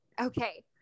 Okay